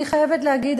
אני חייבת להגיד,